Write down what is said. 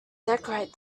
decorate